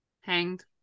Hanged